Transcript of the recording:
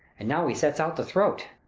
and now he sets out the throat.